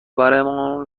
برمان